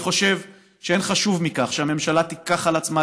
אני חושב שאין חשוב מכך שהממשלה תיקח על עצמה